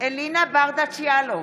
אלינה ברדץ' יאלוב,